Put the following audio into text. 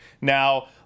Now